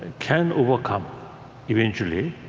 and can overcome eventually,